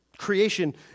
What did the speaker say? Creation